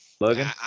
Logan